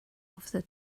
officer